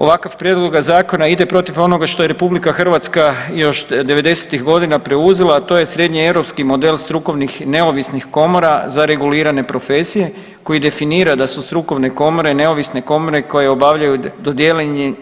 Ovakav prijedlog zakona ide protiv onoga što je Republika Hrvatska još 90-tih godina preuzela, a to je srednjeeuropski model strukovnih, neovisnih komora za regulirane profesije koji definira da su strukovne komore neovisne komore koje obavljaju